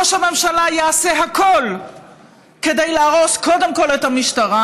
ראש הממשלה יעשה הכול כדי להרוס קודם כול את המשטרה,